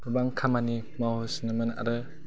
गोबां खामानि मावहोसिनोमोन आरो